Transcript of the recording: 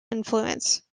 influence